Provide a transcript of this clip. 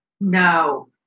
No